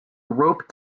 rope